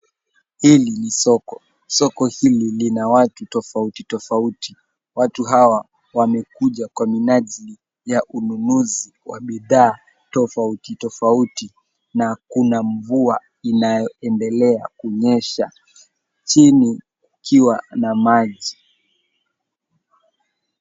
Hili ni soko. Soko hili lina watu tofauti tofauti. Watu hao wamekuja kwa minajili ya ununuzi wa bidhaa tofauti tofauti na kuna mvua inayoendelea kunyesha chini ikiwa na maji.